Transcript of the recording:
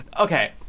okay